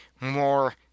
more